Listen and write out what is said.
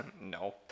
No